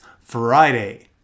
Friday